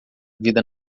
vida